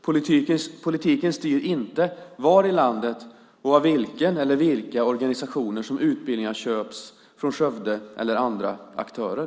Politiken styr inte var i landet och av vilken eller vilka organisationer som utbildningarna köps, från Skövde eller andra aktörer.